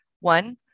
one